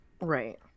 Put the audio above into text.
Right